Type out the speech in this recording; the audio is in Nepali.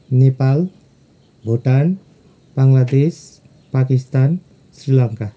नेपाल भुटान बङ्गलादेश पाकिस्तान श्रीलङ्का